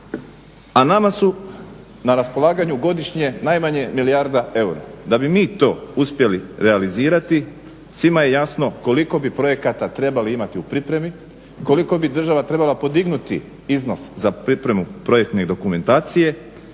A nama su na raspolaganju godišnje najmanje milijarda eura. Da bi mi to uspjeli realizirati svima je jasno koliko bi projekata trebali imati u pripremi, koliko bi država trebala podignuti iznos za pripremu projektne dokumentacije,